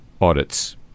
audits